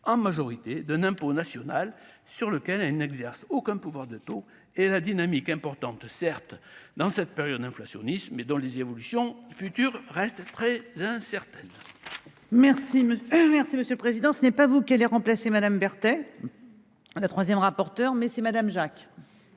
en majorité d'un impôt national sur lequel elle n'exerce aucun pouvoir de taux et la dynamique importante certes, dans cette période inflationniste mais dont les évolutions futures reste très incertaine.